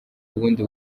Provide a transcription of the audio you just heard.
ubundi